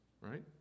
Right